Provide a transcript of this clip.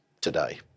today